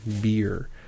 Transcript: beer